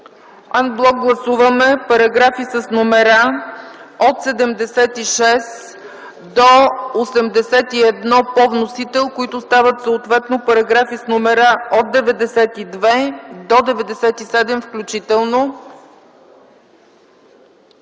Ан блок гласуваме параграфи с номера от 76 до 81 по вносител, които стават съответно параграфи с номера от 92 до 97 включително.